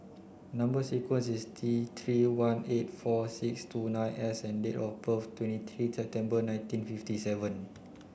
number sequence is T three one eight four six two nine S and date of birth twenty three September nineteen fifty seven